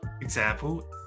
example